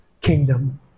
Kingdom